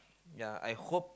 ya I hope